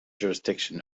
jurisdiction